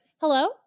Hello